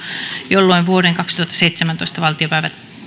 jolloin vuoden kaksituhattaseitsemäntoista valtiopäivät